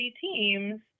teams